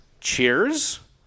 Cheers